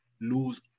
lose